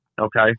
Okay